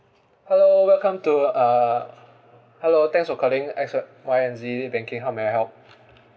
hello welcome to uh hello thanks for calling X Y and Z banking how may I help